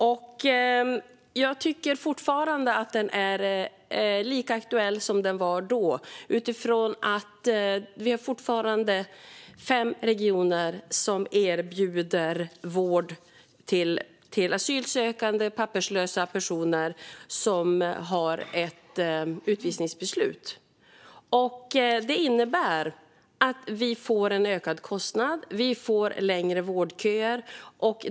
Jag tycker att den fortfarande är lika aktuell som den var då, utifrån att vi fortfarande har fem regioner som erbjuder vård till papperslösa asylsökande personer som har ett utvisningsbeslut. Det innebär att vi får en ökad kostnad. Vi får längre vårdköer.